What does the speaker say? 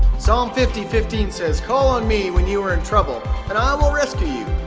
psalm fifty fifteen says, call on me when you are in trouble and i will rescue you,